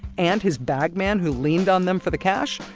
and his bag man who leaned on them for the cash,